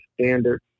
standard